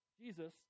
Jesus